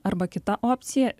arba kita opcija